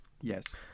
Yes